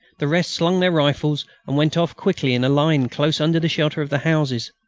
the rest slung their rifles and went off quickly in a line close under the shelter of the houses.